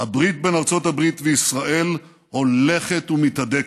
הברית בין ארצות הברית וישראל הולכת ומתהדקת.